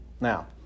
Now